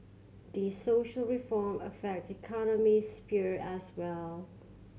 these social reform affect the economic sphere as well